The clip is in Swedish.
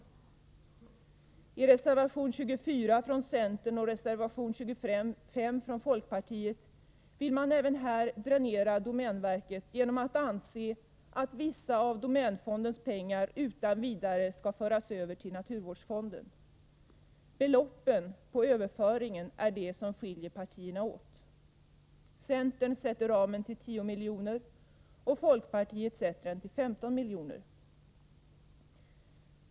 Även i reservationerna 24 från centern och 25 från folkpartiet vill motionärerna dränera domänverket genom att föreslå att vissa av domänfondens pengar utan vidare skall föras över till naturvårdsfonden. Överföringens storlek är det som skiljer partierna åt. Centern sätter ramen till 10 miljoner, och folkpartiet sätter den till 15 miljoner.